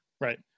Right